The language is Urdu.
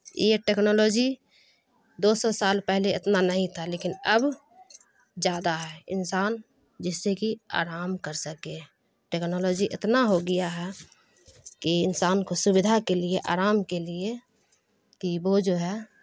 یہ ٹیکنالوجی دو سو سال پہلے اتنا نہیں تھا لیکن اب زیادہ ہے انسان جس سے کہ آرام کر سکے ٹیکنالوجی اتنا ہو گیا ہے کہ انسان کو سویدھا کے لیے آرام کے لیے کہ وہ جو ہے